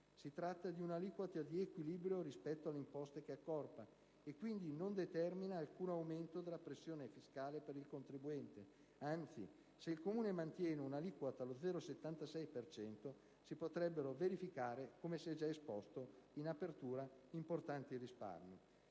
Si tratta di un'aliquota di equilibrio rispetto alle imposte che accorpa, e quindi non determina alcun aumento della pressione fiscale per il contribuente. Anzi, se il Comune mantiene un'aliquota allo 0,76 per cento si potrebbero conseguire, come si è già esposto in apertura, importanti risparmi.